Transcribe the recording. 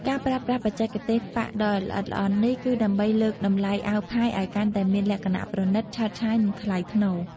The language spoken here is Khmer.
ការប្រើប្រាស់បច្ចេកទេសប៉ាក់ដ៏ល្អិតល្អន់នេះ គឺដើម្បីលើកតម្លៃអាវផាយឱ្យកាន់តែមានលក្ខណៈ ប្រណិត ឆើតឆាយ និងថ្លៃថ្នូរ។